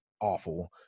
awful